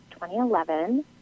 2011